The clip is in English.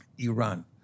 Iran